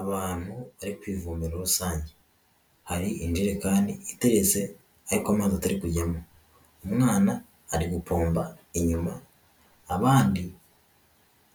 Abantu bari ku ivomero rusange hari injerekani iteretse ariko amazi atari kujyamo, umwana ari gupomba, inyuma abandi